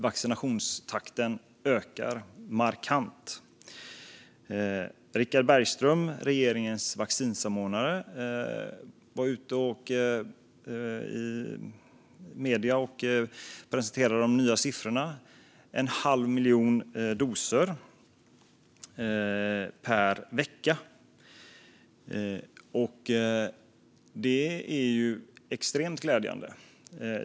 Vaccinationstakten ökar markant. Richard Bergström, regeringens vaccinsamordnare, var ute i medierna och presenterade de nya siffrorna: en halv miljon doser per vecka. Det är ju extremt glädjande.